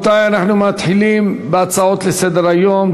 34 בעד, אין מתנגדים, אין נמנעים.